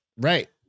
Right